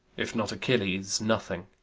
if not achilles, nothing.